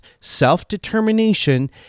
self-determination